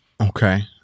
Okay